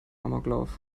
amoklauf